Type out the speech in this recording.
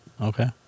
Okay